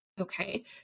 Okay